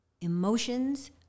emotions